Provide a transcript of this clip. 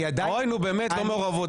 באמת, לא מעורבות.